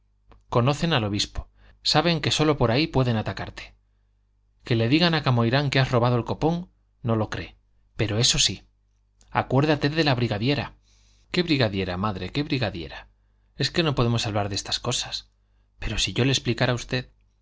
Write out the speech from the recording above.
conocen al obispo saben que sólo por ahí pueden atacarte que le digan a camoirán que has robado el copón no lo cree pero eso sí acuérdate de la brigadiera qué brigadiera madre qué brigadiera es que no podemos hablar de estas cosas pero si yo le explicara a usted